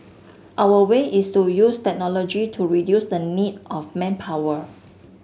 our way is to use technology to reduce the need of manpower